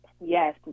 yes